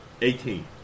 Eighteen